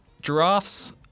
Giraffes